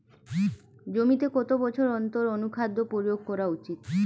জমিতে কত বছর অন্তর অনুখাদ্য প্রয়োগ করা উচিৎ?